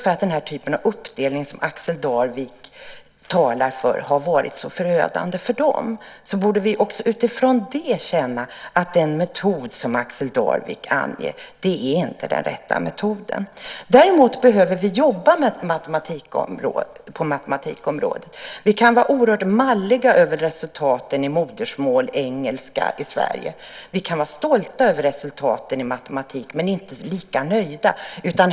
Eftersom den typen av uppdelning som Axel Darvik talade för har varit så förödande för tyskarna borde vi också utifrån detta inse att den metod som Axel Darvik anger inte är den rätta metoden. Däremot behöver vi jobba på matematikområdet. Vi kan vara oerhört malliga över resultaten i modersmål och engelska i Sverige. Vi kan vara stolta över resultaten i matematik, men inte lika nöjda.